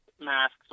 Masks